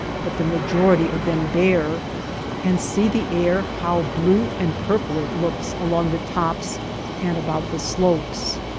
but the majority of them bare and see the air how blue and purple it looks along the tops and about the slopes.